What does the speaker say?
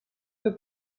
für